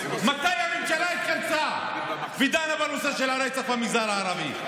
מתי הממשלה התכנסה ודנה בנושא הרצח במגזר הערבי?